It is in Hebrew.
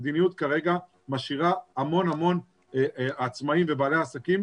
המדיניות כרגע משאירה המון המון עצמאים ובעלי עסקים